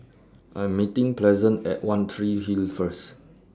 I'm meeting Pleasant At one Tree Hill First